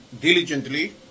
Diligently